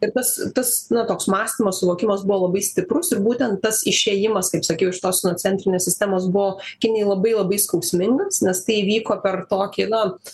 ir tas tas na toks mąstymas suvokimas buvo labai stiprus ir būtent tas išėjimas kaip sakiau iš tos sinocentrinės sistemos buvo kinijai labai labai skausmingas nes tai įvyko per tokį na